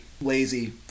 lazy